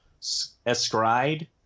Escride